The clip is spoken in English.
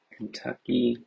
Kentucky